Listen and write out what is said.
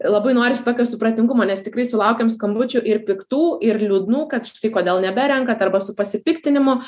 labai norisi tokio supratingumo nes tikrai sulaukėm skambučių ir piktų ir liūdnų kad štai kodėl neberenkat arba su pasipiktinimu